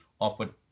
offered